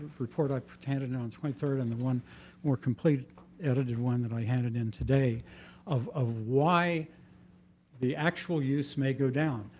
report i handed in on the twenty third and the one more complete edited one that i handed in today of of why the actual use may go down.